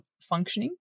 functioning